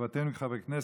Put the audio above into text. חובתנו כחברי כנסת,